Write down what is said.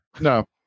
No